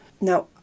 Now